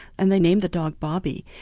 and they named the dog bobby.